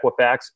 Equifax